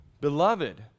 beloved